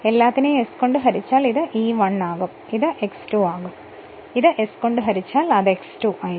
എല്ലാറ്റിനെയും s കൊണ്ട് ഹരിച്ചാൽ ഇത് E1 ആകും ഇത് X 2 ആയി മാറും ഇത് S കൊണ്ട് ഹരിച്ചാൽ അത് X2 ആയിരിക്കും